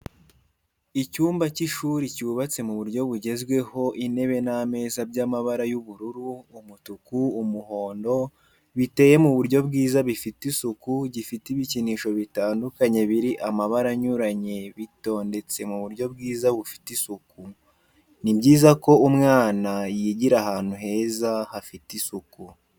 Icyumba cy'ishuri cyubatse mu buryo bugezweho intebe n'ameza by'amabara y'ubururu, umutuku, umuhondo, biteye mu buryo bwiza bifite isuku, gifite ibikinisho bitandukanye biri mabara anyuranye bitondetse mu buryo bwiza bufite isuku. ni byiza ko umwana yigira ahantu heza hafite isuku.